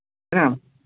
है ना